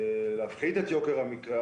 מגוון של מוצרים.